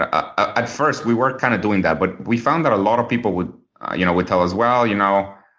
ah ah at first we were kind of doing that, but we found that a lot of people would you know would tell us, well, you know,